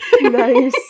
Nice